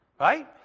Right